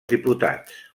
diputats